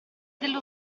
dello